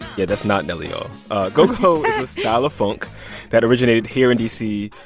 yeah. that's not nelly, though go-go is a style of funk that originated here in d c.